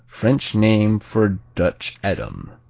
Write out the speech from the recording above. french name for dutch edam.